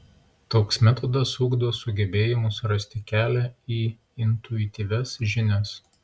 toks metodas ugdo sugebėjimus rasti kelią į intuityvias žinias